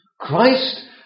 Christ